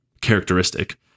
characteristic